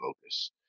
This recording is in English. focus